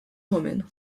romaine